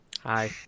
Hi